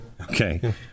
Okay